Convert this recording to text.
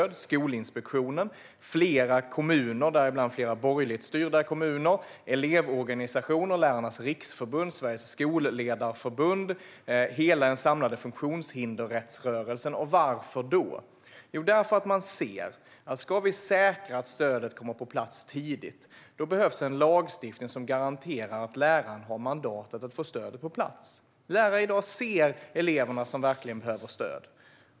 Förslaget har stöd av Skolinspektionen, flera kommuner - däribland flera borgerligt styrda kommuner - och elevorganisationer, liksom av Lärarnas riksförbund och Sveriges skolledarförbund samt hela den samlade funktionshinderrättsrörelsen. Varför? Jo, för att man ser att om vi ska säkra att stödet kommer på plats tidigt behövs en lagstiftning som garanterar att läraren har mandat att få stödet på plats. Lärare i dag ser de elever som verkligen behöver stöd.